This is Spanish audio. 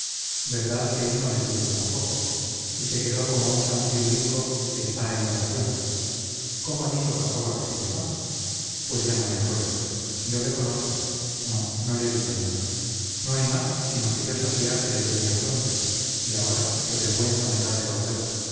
verdad que él no me saludó tampoco y se quedó como un santirulico que está en oración cómo ha dicho jacoba que se llama pues ya no me acuerdo yo le conozco no no le he visto nunca no hay más sino que yo sabía que le vería pronto y ahora qué vergüenza me da